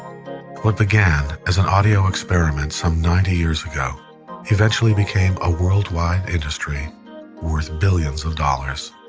what began as an audio experiment from ninety years ago eventually became a worldwide industry worth billions of dollars.